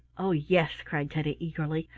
oh, yes! cried teddy, eagerly.